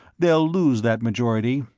they'll lose that majority,